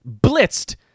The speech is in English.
blitzed